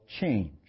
change